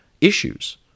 issues